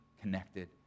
connected